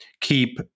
keep